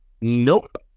Nope